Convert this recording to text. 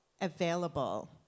available